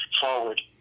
forward